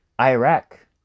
Iraq